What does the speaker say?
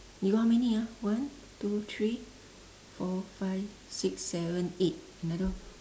you got how many ah one two three four five six seven eight another one